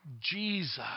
Jesus